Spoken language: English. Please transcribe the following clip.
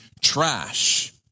trash